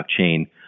blockchain